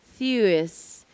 Theus